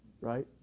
right